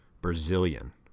Brazilian